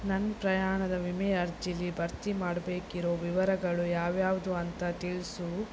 ನನ್ನ ಪ್ರಯಾಣದ ವಿಮೆ ಅರ್ಜಿಯಲ್ಲಿ ಭರ್ತಿ ಮಾಡಬೇಕಿರೋ ವಿವರಗಳು ಯಾವ್ಯಾವುದು ಅಂತ ತಿಳಿಸು